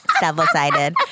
Double-sided